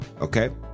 Okay